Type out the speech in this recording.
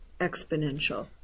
exponential